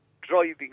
driving